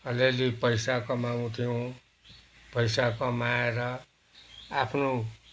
अलिअलि पैसा कमाउथ्यौँ पैसा कमाएर आफ्नो